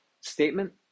statement